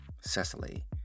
Cecily